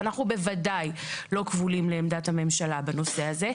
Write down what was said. ואנחנו בוודאי לא כבולים לעמדת הממשלה בנושא הזה.